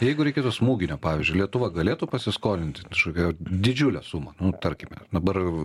jeigu reikėtų smūginio pavyzdžiui lietuva galėtų pasiskolinti kažkokią didžiulę sumą nu tarkime dabar